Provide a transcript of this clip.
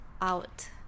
out